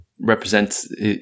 represents